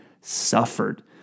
suffered